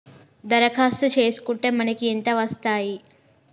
దరఖాస్తు చేస్కుంటే మనకి ఎంత వస్తాయి?